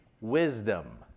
wisdom